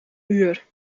uur